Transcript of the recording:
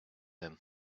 him